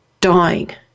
dying